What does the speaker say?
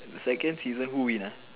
second season who win ah